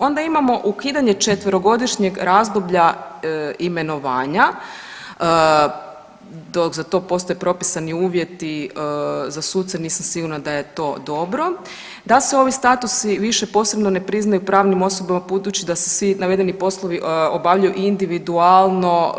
Onda imamo ukidanje 4-godišnjeg razdoblja imenovanja, dok za to postoje propisani uvjeti za suce nisam sigurna da je to dobro, da se ovi statusi više posebno ne priznaju pravnim osobama budući da se svi navedeni poslovi obavljaju individualno.